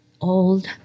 old